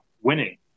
winning